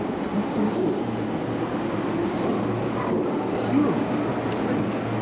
customers were buying fords over competitor's cars purely because of sync.